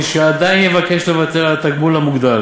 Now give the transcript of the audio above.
מי שעדיין יבקש לוותר על התגמול המוגדל